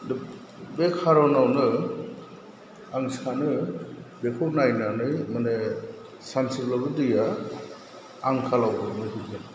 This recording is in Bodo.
बे खार'नावनो आं सानो बेखौ नायनानै माने सानसेब्लाबो दैया आंखालाव गोग्लैहैगोन